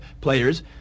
players